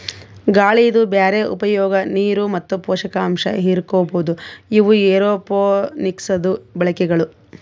ಗಾಳಿದು ಬ್ಯಾರೆ ಉಪಯೋಗ, ನೀರು ಮತ್ತ ಪೋಷಕಾಂಶ ಹಿರುಕೋಮದು ಇವು ಏರೋಪೋನಿಕ್ಸದು ಬಳಕೆಗಳು